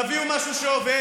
תביאו משהו שעובד.